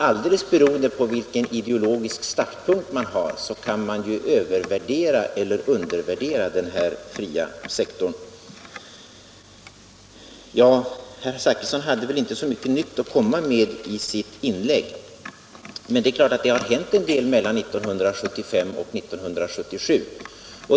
Men beroende på vilken ideologisk startpunkt man har kan man naturligtvis övervärdera eller undervärdera den fria sektorn. Herr Zachrisson hade kanske inte så mycket nytt att komma med i sitt senaste inlägg. Jag vill ändå säga att det är klart att det har hänt en del mellan åren 1975 och 1977.